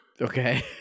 Okay